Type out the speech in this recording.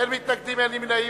אין מתנגדים, אין נמנעים.